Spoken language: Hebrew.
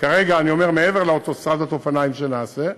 כרגע, אני אומר, מעבר לאוטוסטרדת האופניים שנעשה,